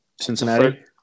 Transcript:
Cincinnati